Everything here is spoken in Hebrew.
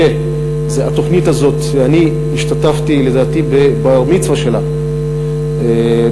אני השתתפתי בבר-מצווה של התוכנית הזאת